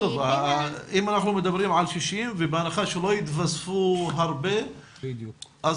אם אנחנו מדברים על 60 ובהנחה שלא יתווספו הרבה אז